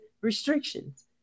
restrictions